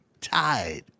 tied